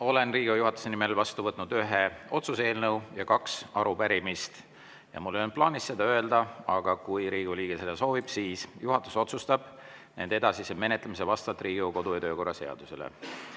Olen Riigikogu juhatuse nimel vastu võtnud ühe otsuse eelnõu ja kaks arupärimist. Mul ei olnud plaanis seda öelda, aga kui Riigikogu liige seda soovib, siis: juhatus otsustab nende edasise menetlemise vastavalt Riigikogu kodu‑ ja töökorra seadusele.